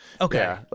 Okay